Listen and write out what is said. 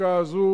החקיקה הזו,